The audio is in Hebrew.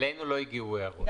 אלינו לא הגיעו הערות.